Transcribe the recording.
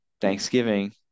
Thanksgiving